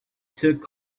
took